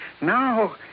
now